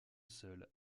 seul